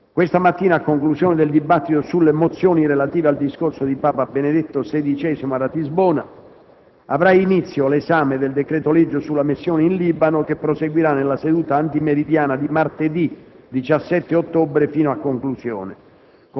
Questa mattina, a conclusione del dibattito sulle mozioni relative al discorso di Papa Benedetto XVI a Ratisbona, avrà inizio l'esame del decreto-legge sulla missione in Libano, che proseguirà nella seduta antimeridiana di martedì 17 ottobre fino a conclusione.